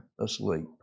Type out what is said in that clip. asleep